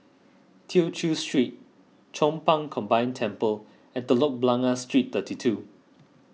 Tew Chew Street Chong Pang Combined Temple and Telok Blangah Street thirty two